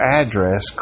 address